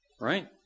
Right